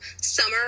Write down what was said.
summer